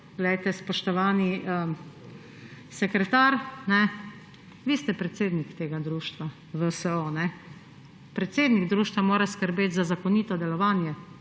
Spoštovani sekretar, vi ste predsednik tega društva VSO. Predsednik društva mora skrbeti za zakonito delovanje